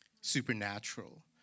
supernatural